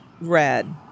red